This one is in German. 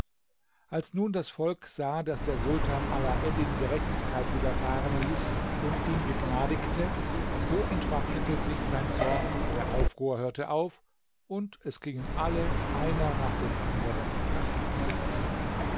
als nun das volk sah daß der sultan alaeddin gerechtigkeit widerfahren ließ und ihn begnadigte so entwaffnete sich sein zorn der aufruhr hörte auf und es gingen alle einer nach dem anderen nach hause